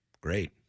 great